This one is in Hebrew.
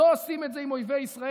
לא עושים את זה עם אויבי ישראל,